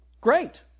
Great